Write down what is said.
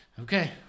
Okay